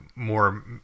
more